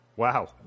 wow